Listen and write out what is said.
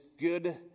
good